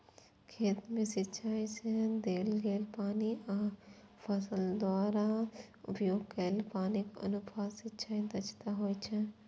खेत मे सिंचाइ सं देल गेल पानि आ फसल द्वारा उपभोग कैल पानिक अनुपात सिंचाइ दक्षता होइ छै